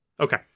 Okay